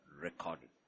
recorded